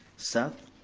seth,